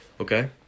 Okay